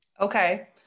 Okay